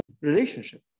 relationship